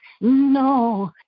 No